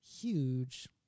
huge